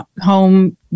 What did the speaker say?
home